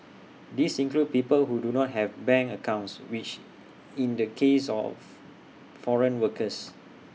these include people who do not have bank accounts which in the case of foreign workers